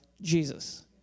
Jesus